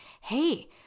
Hey